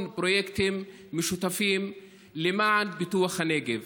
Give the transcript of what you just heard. פרויקטים משותפים למען פיתוח הנגב.